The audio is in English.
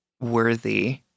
worthy